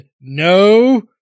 no